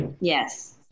Yes